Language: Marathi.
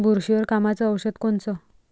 बुरशीवर कामाचं औषध कोनचं?